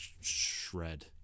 shred